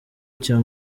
cya